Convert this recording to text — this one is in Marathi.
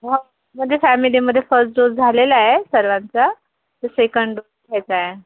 हो म्हणजे फॅमिलीमध्ये फस्ट डोस झालेला आहे सर्वांचा तर सेकंड डो घ्यायचा आहे